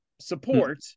support